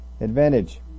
advantage